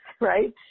right